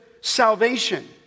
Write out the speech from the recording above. salvation